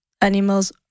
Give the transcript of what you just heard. animals